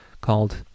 called